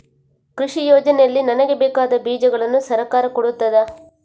ಕೃಷಿ ಯೋಜನೆಯಲ್ಲಿ ನನಗೆ ಬೇಕಾದ ಬೀಜಗಳನ್ನು ಸರಕಾರ ಕೊಡುತ್ತದಾ?